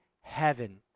heaven